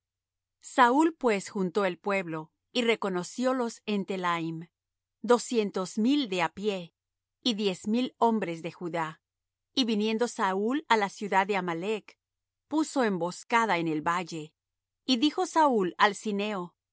saúl pues juntó el pueblo y reconociólos en telaim doscientos mil de á pie y diez mil hombres de judá y viniendo saúl á la ciudad de amalec puso emboscada en el valle y dijo saúl al cineo idos